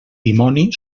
dimoni